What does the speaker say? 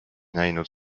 näinud